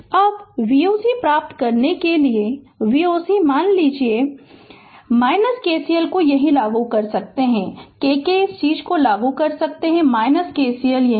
अब Voc प्राप्त करने के लिए Voc मान लीजिए KCL को यहीं लागू कर सकते हैंk k इस चीज को लागू कर सकते हैं KCL यहीं